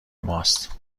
ماست